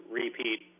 repeat